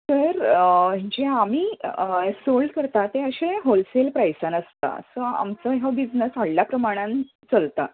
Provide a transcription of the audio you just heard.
तर जे आमी सेल करता तें अशें हॉलसॅल प्रायसान आसता सो आमचो हो बिजनस व्होडल्या प्रमाणान चलता